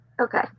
Okay